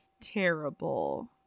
terrible